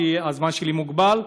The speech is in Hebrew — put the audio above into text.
כי הזמן שלי מוגבל,